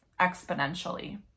exponentially